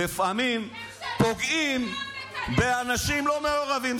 לפעמים פוגעים באנשים לא מעורבים.